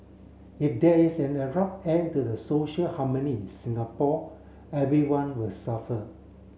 if there is an abrupt end to the social harmony in Singapore everyone will suffer